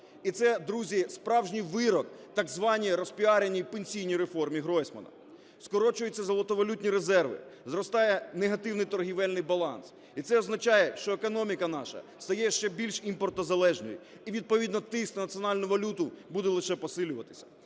І це, друзі, справжній вирок так званій розпіареній пенсійній реформі Гройсмана. Скорочуються золотовалютні резерви, зростає негативний торгівельний баланс. І це означає, що економіка наша стає ще більш імпортозалежною, і відповідно тиск на національну валюту буде лише посилюватися.